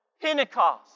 Pentecost